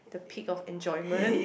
the peak of enjoyment